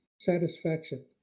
satisfaction